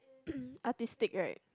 artistic right